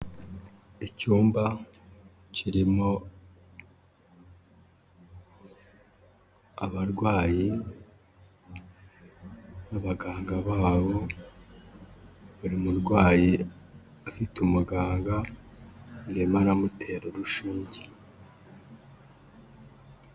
Icyumba kirimo abarwayi, abaganga babo, buri murwayi afite umuganga, arimo aramutera urushinge.